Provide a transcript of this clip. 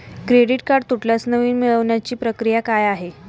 Credit card तुटल्यास नवीन मिळवण्याची प्रक्रिया काय आहे?